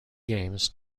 games